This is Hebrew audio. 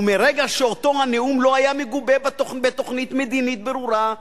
ומרגע שאותו הנאום לא היה מגובה בתוכנית מדינית ברורה,